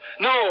no